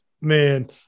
Man